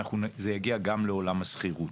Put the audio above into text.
זה יגיע גם לעולם השכירות.